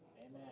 Amen